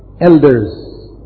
elders